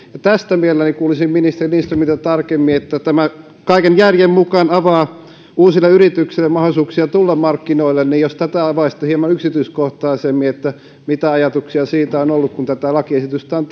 tästä mielelläni kuulisin ministeri lindströmiltä tarkemmin kun tämä kaiken järjen mukaan avaa uusille yrityksille mahdollisuuksia tulla markkinoille niin jos tätä avaisitte hieman yksityiskohtaisemmin mitä ajatuksia siitä on ollut kun tätä lakiesitystä on